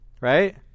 right